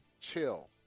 chill